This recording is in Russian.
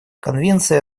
конвенция